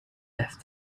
left